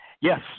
yes